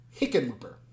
Hickenlooper